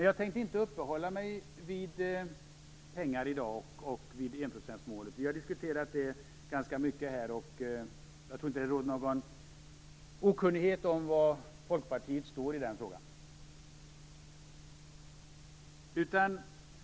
Jag tänker inte uppehålla mig vid enprocentsmålet och pengarna i dag. Vi har diskuterat det ganska mycket här. Det råder nog ingen okunnighet om var Folkpartiet står i denna fråga.